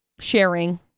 Sharing